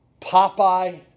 Popeye